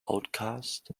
outcast